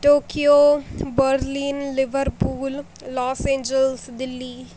Tokyo Berlin Liverpool Los Angeles Delhi